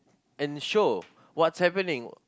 and show what is happening